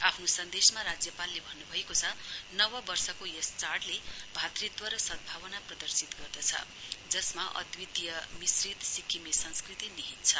आफ्नो सन्देशमा राज्यपालले भन्नुभएको छ नव वर्षको यस चाढ़ले भातृत्व र सद्भावना प्रदर्शित गर्दछ जसमा अद्धितीय मिश्रित सिक्किमे संस्कृति निहित छ